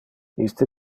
iste